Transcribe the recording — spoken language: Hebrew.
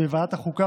בוועדת החוקה,